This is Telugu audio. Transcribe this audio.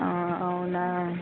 అవునా